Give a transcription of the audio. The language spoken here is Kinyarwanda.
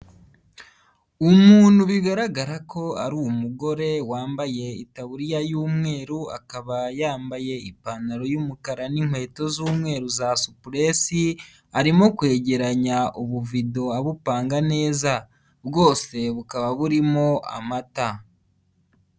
Umuntu bigaragara ko ari umugore wambaye itaburiya y'umweru akaba yambaye ipantaro y'umukara n'inkweto z'umweru za supuresi arimo kwegeranya ubuvido abupanga neza bwose bukaba burimo amata.